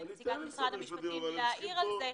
לנציגת משרד המשפטים להתייחס.